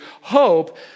hope